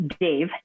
Dave